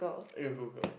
eh you Google